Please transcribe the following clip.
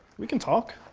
we can talk,